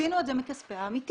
עשינו את זה מכספי העמיתים.